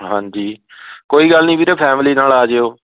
ਹਾਂਜੀ ਕੋਈ ਗੱਲ ਨਹੀਂ ਵੀਰੇ ਫੈਮਿਲੀ ਨਾਲ ਆ ਜਿਓ